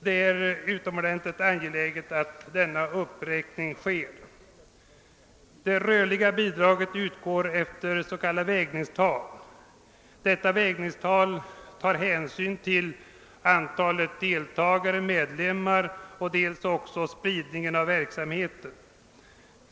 Det är utomordentligt angeläget att denna uppräkning kommer till stånd. Det rörliga bidraget utgår efter s.k. vägningstal. Dessa tar hänsyn till dels antalet deltagare/medlemmar, dels spridningen av verksamheten.